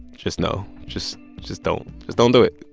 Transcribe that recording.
just no just just don't. just don't do it.